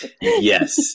Yes